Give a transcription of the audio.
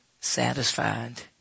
satisfied